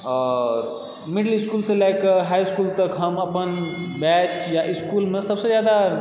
आओर मिडिल इस्कूलसँ लएकऽ हाइ इस्कूल तक हम अपन बैच या इस्कूलमे सभसे जादा